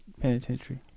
penitentiary